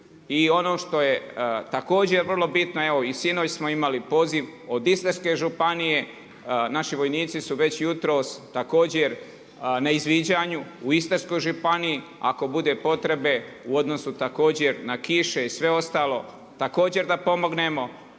I ono što je također vrlo bitno, evo i sinoć smo imali poziv od Istarske županije, naši vojnici su već jutros također na izviđanju u Istarskoj županiji. Ako bude potrebe u odnosu također na kiše i sve ostalo također da pomognemo.